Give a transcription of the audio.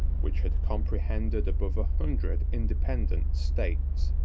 which had comprehended above a hundred independent states.